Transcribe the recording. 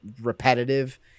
repetitive